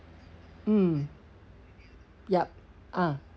mm yup ah